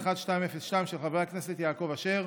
של חבר הכנסת יעקב אשר